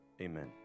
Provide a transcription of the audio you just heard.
amen